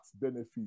benefits